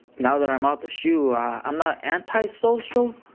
now that i'm out the shu, i'm not anti-social,